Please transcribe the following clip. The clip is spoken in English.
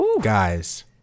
Guys